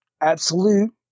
absolute